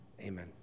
Amen